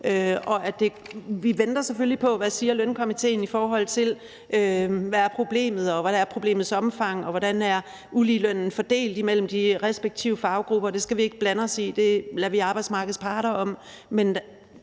vi venter selvfølgelig på, hvad Lønstrukturkomitéen siger, i forhold til hvad problemet er, hvad problemets omfang er, og hvordan uligelønnen er fordelt imellem de respektive faggrupper. Det skal vi ikke blande os i. Det lader vi arbejdsmarkedets parter om.